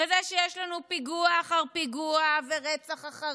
וזה שיש לנו פיגוע אחר פיגוע ורצח אחר